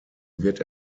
wird